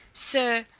sir,